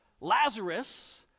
Lazarus